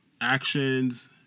Actions